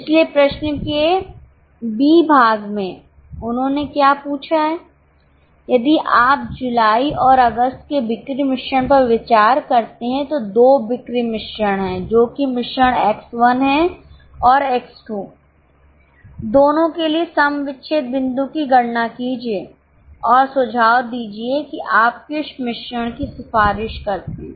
इसलिए प्रश्न के B भाग में उन्होंने क्या पूछा है यदि आप जुलाई और अगस्त के बिक्री मिश्रण पर विचार करते हैं तो दो बिक्री मिश्रण हैं जो कि मिश्रण X 1 है और X 2 दोनों के लिए सम विच्छेद बिंदु की गणना कीजिए और सुझाव दीजिए कि आप किस मिश्रण की सिफारिश करते हैं